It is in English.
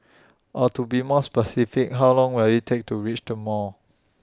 or to be more specific how long will IT take to reach the mall